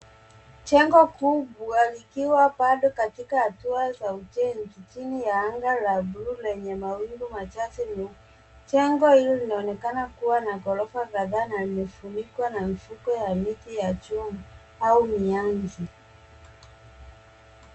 Jengo kubwa likiwa bado katika hatua za ujenzi chini ya anga la bluu lenye mawingu machache nyeupe. Jengo hilo linaonekana kuwa na ghorofa kadhaa na imefunikwa na mfumo wa miti na chuma au mianzi.